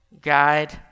guide